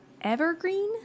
evergreen